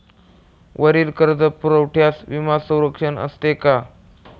वरील कर्जपुरवठ्यास विमा संरक्षण असते का?